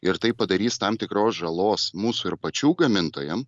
ir tai padarys tam tikros žalos mūsų ir pačių gamintojam